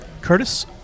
Curtis